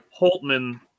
Holtman